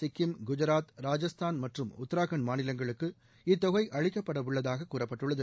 சிக்கிம் குஐராத் ராஐஸ்தான் மற்றும் உத்ரகாண்ட் மாநிலங்களுக்கு இத்தொகை அளிக்கப்படவுள்ளதாக கூறப்பட்டுள்ளது